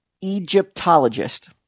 Egyptologist